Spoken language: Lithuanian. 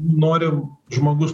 nori žmogus